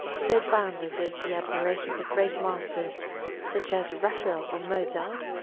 so boundless is the admiration for great masters such as raphael or mozart,